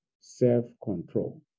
self-control